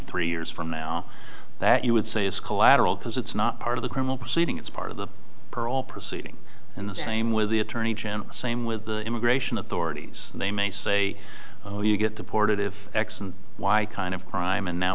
three years from now that you would say it's collateral because it's not part of the criminal proceeding it's part of the parole proceeding and the same with the attorney general same with the immigration authorities and they may say oh you get deported if x and y kind of crime and now